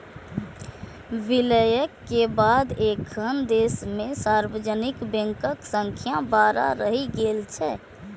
विलय के बाद एखन देश मे सार्वजनिक बैंकक संख्या बारह रहि गेल छै